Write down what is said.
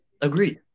Agreed